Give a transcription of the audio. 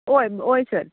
हय हय सर